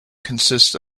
consists